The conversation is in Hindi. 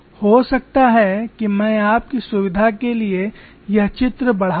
हो सकता है कि मैं आपकी सुविधा के लिए यह चित्र बढ़ा सकूं